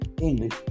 English